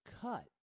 cut